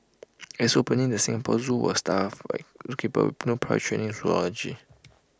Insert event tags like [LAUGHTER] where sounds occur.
as opening the Singapore Zoo was staff [UNINTELLIGIBLE] keeper with no prior training in zoology